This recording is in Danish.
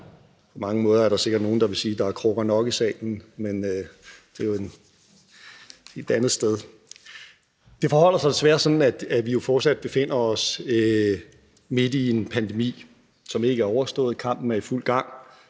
På mange måder, er der sikkert nogen, der vil sige, er der krukker nok i salen, men de er jo et andet sted. Det forholder sig desværre sådan, at vi jo fortsat befinder os midt i en pandemi. Den er ikke overstået, og kampen er i fuld gang.